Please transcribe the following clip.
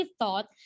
thought